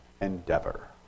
endeavor